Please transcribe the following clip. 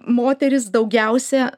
moterys daugiausia